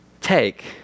take